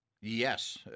Yes